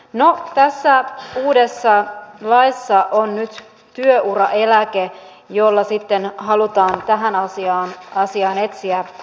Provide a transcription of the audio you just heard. no tässä uudessa laissa on nyt työuraeläke jolla sitten halutaan tähän asiaan etsiä ratkaisuja